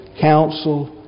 counsel